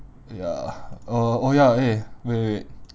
ya uh oh ya eh wait wait